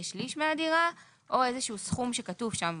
שליש מהדירה או איזה שהוא סכום שכתוב שם,